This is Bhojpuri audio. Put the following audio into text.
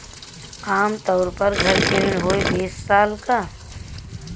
आम तउर पर घर के ऋण होइ बीस साल क